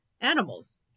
animals